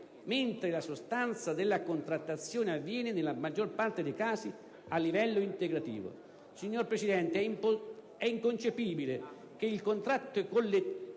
mentre la sostanza della contrattazione avviene, nella maggior parte dei casi, a livello integrativo. Signor Presidente, è inconcepibile che il contratto collettivo